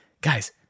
guys